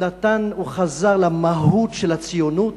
הוא חזר למהות של הציונות,